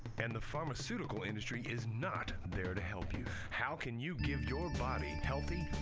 and the pharmaceutical industry is not there to help you. how can you give your body healthy,